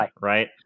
right